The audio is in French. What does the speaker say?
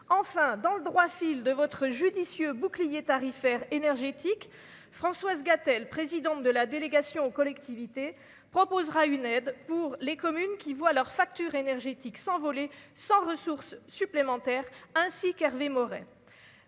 enfin dans le droit fil de votre judicieux bouclier tarifaire énergétique, Françoise Gatel, présidente de la délégation aux collectivités proposera une aide pour les communes qui voient leur facture énergétique s'envoler sans ressources supplémentaires ainsi qu'Hervé Maurey